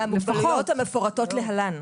"מהמוגבלויות המפורטות להלן".